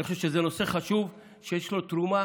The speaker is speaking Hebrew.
אני חושב שזה נושא חשוב שיש לו תרומה